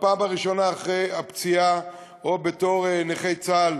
בפעם הראשונה אחרי הפציעה או בתור נכי צה"ל,